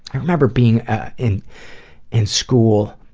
i remember being ah in and school,